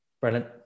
Brilliant